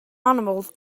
animals